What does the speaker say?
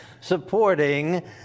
supporting